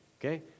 Okay